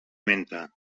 menta